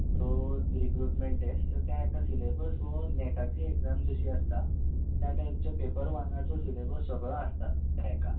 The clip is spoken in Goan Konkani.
सो ती रिक्रुटमॅण टॅस्ट त्या हेका सिलेबस हो नॅटाची एग्जाम जशी आसता त्या टायपचे पेपर वनाचो सिलेबस सगळो आसता त्या हाका